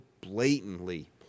blatantly